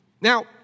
Now